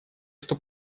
что